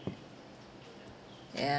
yeah